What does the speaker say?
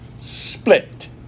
split